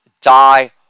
die